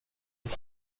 ett